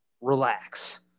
relax